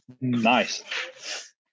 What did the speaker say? nice